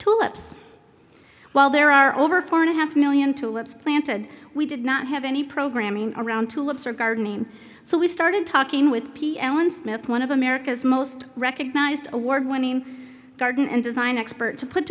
tulips while there are over four and a half million to what's planted we did not have any programming around tulips or gardening so we started talking with p alan smith one of america's most recognized award winning garden and design expert to put